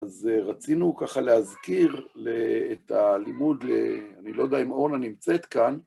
אז רצינו ככה להזכיר ל.. את הלימוד, אני לא יודע אם אורנה נמצאת כאן.